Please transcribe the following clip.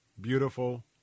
beautiful